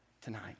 tonight